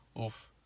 Oof